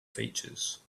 features